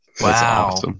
Wow